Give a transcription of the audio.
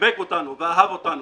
חיבק אותנו ואהב אותנו.